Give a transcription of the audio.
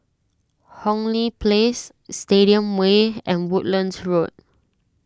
Hong Lee Place Stadium Way and Woodlands Road